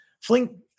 Flink